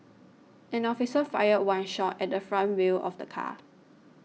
an officer fired one shot at the front wheel of the car